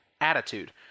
attitude